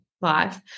life